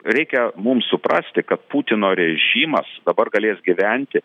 reikia mums suprasti kad putino režimas dabar galės gyventi